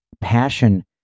passion